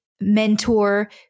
mentor